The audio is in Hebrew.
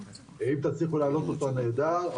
אם תצליחו להעלות אותה נהדר,